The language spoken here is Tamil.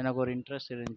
எனக்கு ஒரு இன்ட்ரஸ்ட் இருந்துச்சி